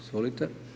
Izvolite.